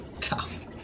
tough